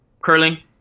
Curling